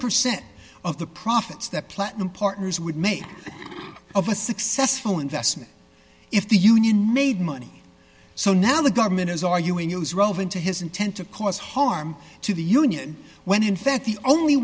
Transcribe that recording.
percent of the profits that platinum partners would make of a successful investment if the union made money so now the government is arguing use relevant to his intent to cause harm to the union when in fact the only